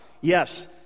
yes